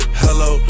hello